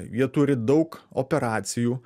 jie turi daug operacijų